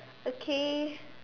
okay